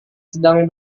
sedang